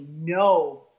no